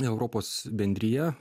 europos bendrija